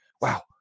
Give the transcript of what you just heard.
Wow